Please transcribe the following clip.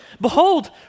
Behold